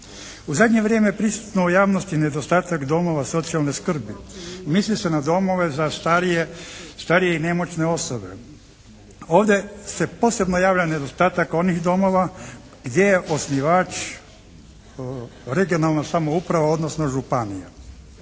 U zadnje vrijeme prisutno je u javnosti nedostatak domova socijalne skrbi. Misli se na domove za starije i nemoćne osobe. Ovdje se posebno javlja nedostatak onih domova gdje je osnivač regionalna samouprava odnosno županija.